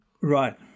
right